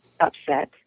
upset